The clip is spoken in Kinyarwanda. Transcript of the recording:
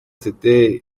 today